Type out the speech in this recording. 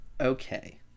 okay